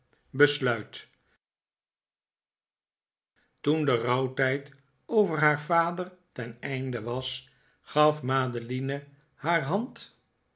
besluit toen de rouwtijd over haar vader ten einde was gaf madeline haar hand